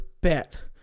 bet